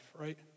right